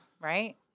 right